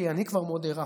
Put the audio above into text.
כי אני כבר מאוד הארכתי.